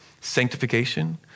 sanctification